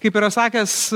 kaip yra sakęs